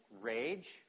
rage